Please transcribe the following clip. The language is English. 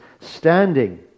standing